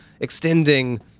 extending